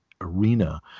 arena